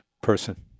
person